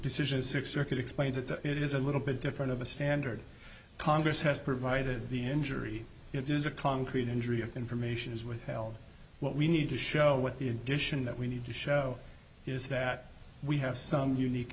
decision six circuit explains that it is a little bit different of a standard congress has provided the injury it is a concrete injury of information is withheld what we need to show what the addition that we need to show is that we have some unique